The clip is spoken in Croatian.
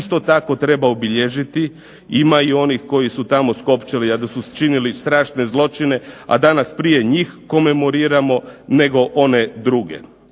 isto tako treba obilježiti, ima i onih koji su tamo skopčali a da su činili strašne zločine, a danas prije njih komemoriramo nego one druge.